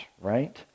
right